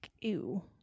Ew